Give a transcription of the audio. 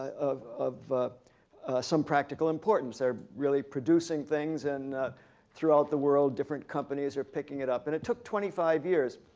of of some practical importance. they're really producing things and throughout the world, different companies are picking it up. and it took twenty five years.